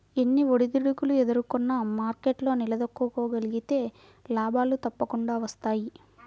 ఎన్ని ఒడిదుడుకులు ఎదుర్కొన్నా మార్కెట్లో నిలదొక్కుకోగలిగితే లాభాలు తప్పకుండా వస్తాయి